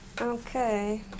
Okay